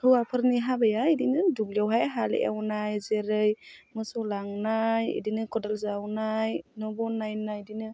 हौवाफोरनि हाबाया बिदिनो दुब्लियावहाय हाल एवनाय जेरै मोसौ लांनाय बिदिनो खदाल जावनाय न' बनायनाय बिदिनो